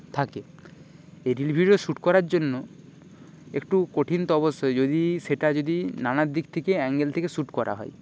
কারণ আমি যখন তার ছটার পর থেকে দু ঘন্টা আটটা অবধি যখন দৌড়ই সেই ফুটবল গ্রাউণ্ডে কোনওরকম ভয় থাকে না